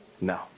No